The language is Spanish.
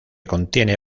contiene